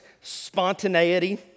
spontaneity